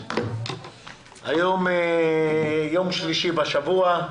היום יום שלישי בשבוע.